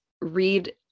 read